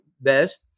best